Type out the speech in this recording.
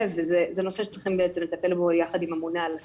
וזה נושא שצריכים בעצם לטפל בו יחד עם הממונה על השכר.